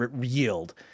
yield